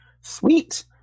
Sweet